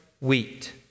wheat